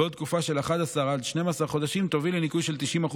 ואילו תקופה של 11 עד 12 חודשים תוביל לניכוי של 90%,